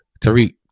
Tariq